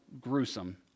gruesome